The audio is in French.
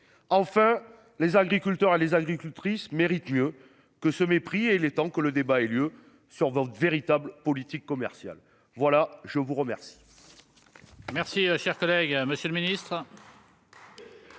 enfin les agriculteurs et les agricultrices mérite mieux que ce mépris et les temps que le débat ait lieu sur votre véritables politiques commerciales. Voilà je vous remercie.